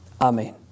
Amen